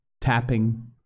tapping